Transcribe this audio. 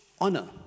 honor